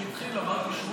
אמרתי,